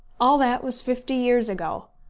all that was fifty years ago,